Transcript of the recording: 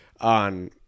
on